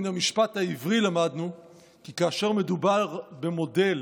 מן המשפט העברי למדנו כי כאשר מדובר במודל